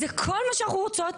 זה כל מה שאנחנו רוצות,